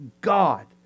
god